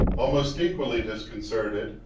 almost equally disconcerted,